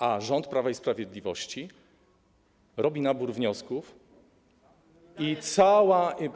A rząd Prawa i Sprawiedliwości robi nabór wniosków i cała.